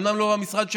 אומנם לא המשרד שלי,